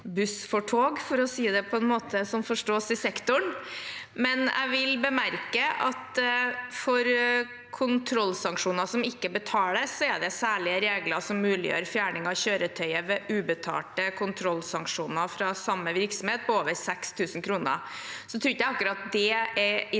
for å si det på en måte som forstås i sektoren. Jeg vil bemerke at for kontrollsanksjoner som ikke betales, er det særlige regler som muliggjør fjerning av kjøretøyet – ved ubetalte kontrollsanksjoner fra samme virksomhet på over 6 000 kr. Så tror jeg ikke akkurat det er i tråd